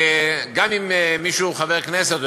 גם אם מישהו הוא חבר כנסת,